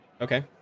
Okay